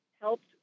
helped